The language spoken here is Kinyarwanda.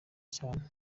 cyane